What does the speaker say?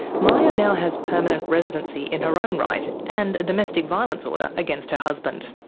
maya now has permanent residency in her own right, and a domestic violence order against her husband.